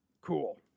cool